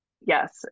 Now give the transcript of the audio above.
yes